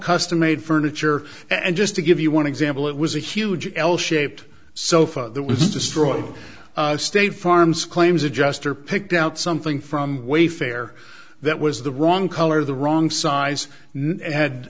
custom made furniture and just to give you one example it was a huge l shaped sofa that was destroyed state farm's claims adjustor picked out something from wayfair that was the wrong color the wrong size